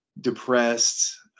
depressed